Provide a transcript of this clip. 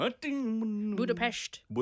Budapest